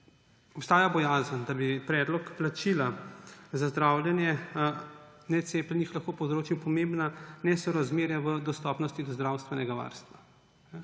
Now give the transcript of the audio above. obstaja bojazen, da bi predlog plačila za zdravljenje necepljenih lahko povzročil pomembna nesorazmerja v dostopnosti do zdravstvenega varstva.